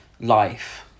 life